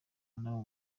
nabo